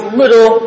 little